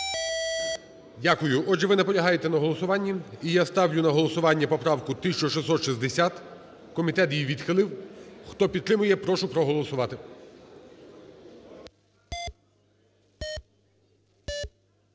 Дякую. Отже, ви наполягаєте на голосуванні. І я ставлю на голосування поправку 1660. Комітет її відхилив. Хто підтримує, прошу проголосувати.